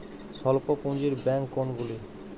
স্বল্প পুজিঁর ব্যাঙ্ক কোনগুলি?